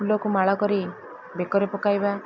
ଫୁଲକୁ ମାଳ କରି ବେକରେ ପକାଇବା